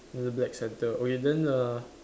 with black centre okay then the